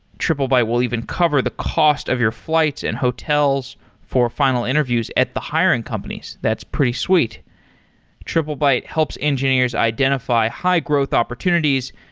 triplebyte will even cover the cost of your flights and hotels for final interviews at the hiring companies. that's pretty sweet triplebyte helps engineers identify high-growth opportunities,